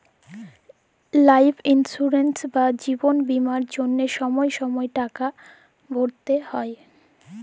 life insurance বা জিবল বীমার জ্যনহে ছময় ছময় টাকা ভ্যরতে হ্যয়